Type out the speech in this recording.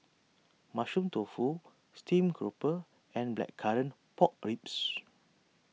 Mushroom Tofu Steamed Grouper and Blackcurrant Pork Ribs